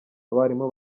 abarimu